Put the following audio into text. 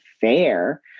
fair